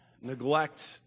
neglect